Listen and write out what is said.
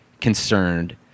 concerned